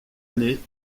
année